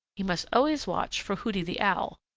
he must always watch for hooty the owl.